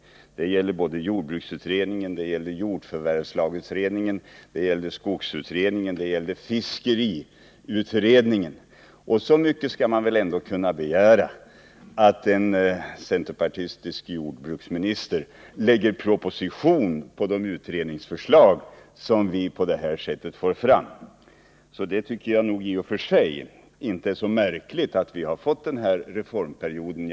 Det gäller jordbruksutredningen, det gäller jordförvärvsutredningen, det gäller skogsutredningen och det gäller fiskeriutredningen — och så mycket skall man väl ändå kunna begära att en centerpartistisk jordbruksminister lägger propositioner på de utredningsförslag som vi på det här sättet får fram. Jag tycker sålunda i och för sig inte att det är så märkligt att vi fått den här reformperioden.